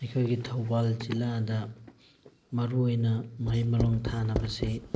ꯑꯩꯈꯣꯏꯒꯤ ꯊꯧꯕꯥꯜ ꯖꯤꯜꯂꯥꯗ ꯃꯔꯨ ꯑꯣꯏꯅ ꯃꯍꯩ ꯃꯔꯣꯡ ꯊꯥꯅꯕꯁꯤ